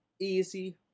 easy